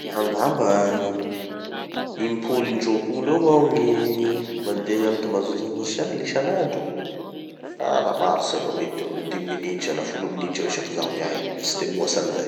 Angamba impolo indropolo eo aho gny mandeha amy tambazotra sosialy isanandro. Fa raha maharitry aloha mety eo dimy minitra na folo minitra eo isaky zaho miahy fa tsy de mihoatsy anizay.